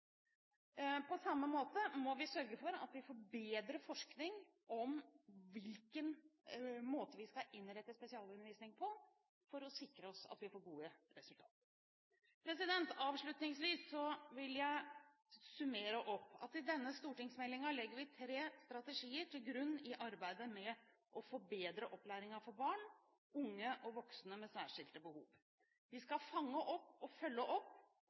må også sørge for at vi får bedre forskning om hvilken måte vi skal innrette spesialundervisning på for å sikre oss at vi får gode resultater. Avslutningsvis vil jeg summere opp at i denne stortingsmeldingen legger vi tre strategier til grunn i arbeidet med å forbedre opplæringen for barn, unge og voksne med særskilte behov. Vi skal fange opp og følge opp,